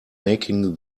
making